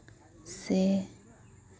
ᱥᱮ